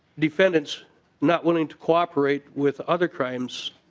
defendants not willing to cooperate with other crimes